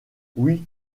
oui